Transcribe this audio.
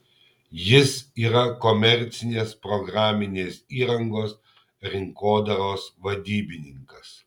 jis yra komercinės programinės įrangos rinkodaros vadybininkas